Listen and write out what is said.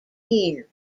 year